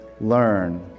learn